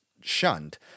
shunned